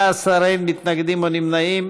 אמסלם, מכלוף מיקי זוהר, רועי פולקמן, חיים ילין,